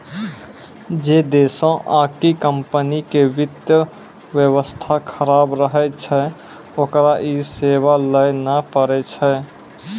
जै देशो आकि कम्पनी के वित्त व्यवस्था खराब रहै छै ओकरा इ सेबा लैये ल पड़ै छै